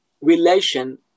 relation